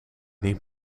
niet